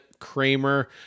Kramer